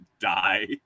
die